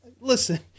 Listen